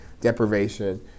deprivation